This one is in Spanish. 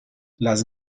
las